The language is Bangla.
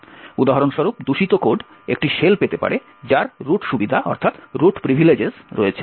উদাহরণস্বরূপ দূষিত কোড একটি শেল পেতে পারে যার রুট সুবিধা রয়েছে